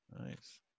nice